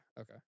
okay